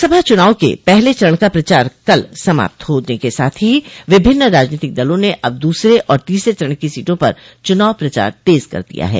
लोकसभा चुनाव के पहले चरण का प्रचार कल समाप्त होने के साथ ही विभिन्न राजनीतिक दलों ने अब दूसर और तीसरे चरण की सीटों पर चुनाव प्रचार तेज कर दिया है